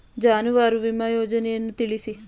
ಜಾನುವಾರು ವಿಮಾ ಯೋಜನೆಯನ್ನು ತಿಳಿಸಿ?